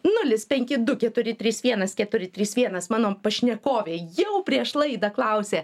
nulis penki du keturi trys vienas keturi trys vienas mano pašnekovė jau prieš laidą klausė